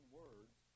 words